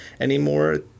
anymore